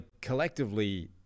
collectively